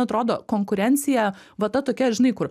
atrodo konkurencija va ta tokia žinai kur